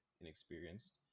inexperienced